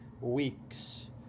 weeks